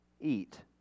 eat